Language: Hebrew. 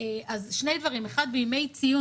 בימי ציון,